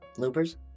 Loopers